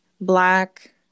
Black